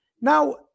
Now